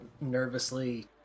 nervously